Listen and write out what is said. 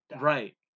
Right